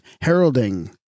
heralding